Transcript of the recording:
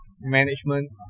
management